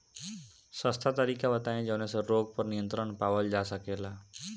सस्ता तरीका बताई जवने से रोग पर नियंत्रण पावल जा सकेला?